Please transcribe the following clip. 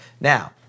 Now